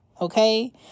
Okay